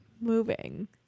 Moving